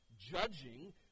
judging